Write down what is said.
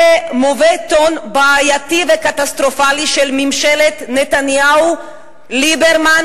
זה mauvais ton בעייתי וקטסטרופלי של ממשלת נתניהו-ליברמן-ברק,